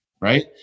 Right